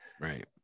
Right